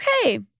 Okay